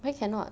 why cannot